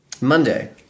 Monday